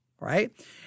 Right